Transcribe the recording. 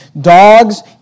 dogs